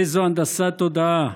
איזו הנדסת תודעה.